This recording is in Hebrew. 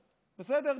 בסדר?